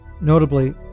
Notably